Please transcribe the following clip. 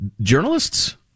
journalists